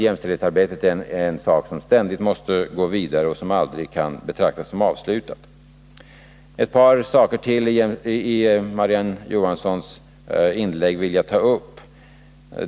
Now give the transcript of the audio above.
Jämställdhetsarbetet måste alltid gå vidare och kan aldrig betraktas som avslutat. Ett par saker till i Marie-Ann Johanssons inlägg vill jag ta upp.